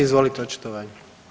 Izvolite očitovanje.